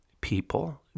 people